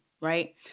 right